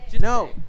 no